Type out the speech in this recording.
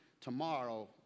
tomorrow